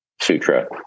sutra